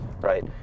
right